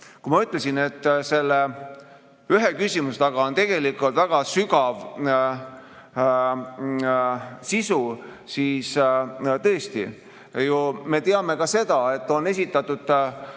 Kui ma ütlesin, et selle ühe küsimuse taga on tegelikult väga sügav sisu, siis tõesti, me teame ka seda, et on esitatud